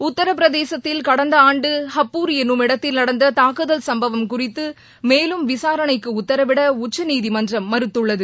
உத்தரப் பிரதேசத்தில் கடந்த ஆண்டு ஹப்பூர் என்னுமிடத்தில் நடந்த தாக்குதல் சம்பவம் குறித்து மேலும் விசாரணைக்கு உத்தரவிட உச்சநீதிமன்றம் மறுத்துள்ளது